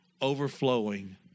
overflowing